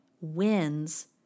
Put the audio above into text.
wins